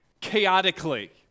chaotically